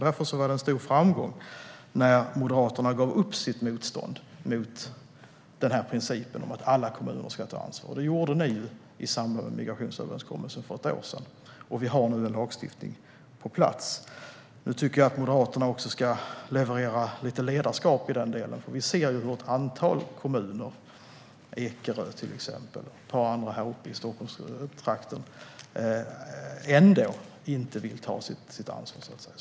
Därför var det en stor framgång när Moderaterna i samband med migrationsöverenskommelsen för ett år sedan gav upp sitt motstånd mot principen att alla kommuner ska ta ansvar. Vi har nu en lagstiftning på plats. Nu tycker jag att Moderaterna också ska leverera lite ledarskap i detta, för vi ser hur ett antal kommuner, till exempel Ekerö och ett par andra i Stockholmstrakten, inte vill ta sitt ansvar.